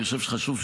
אני חושב שחשוב,